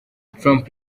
trump